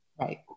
Right